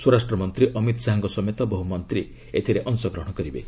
ସ୍ୱରାଷ୍ଟ୍ର ମନ୍ତ୍ରୀ ଅମିତ ଶାହାଙ୍କ ସମେତ ବହୁ ମନ୍ତ୍ରୀ ଏଥିରେ ଅଂଶଗ୍ରହଣ କରିବେ